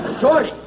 Shorty